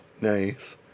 Nice